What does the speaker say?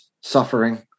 suffering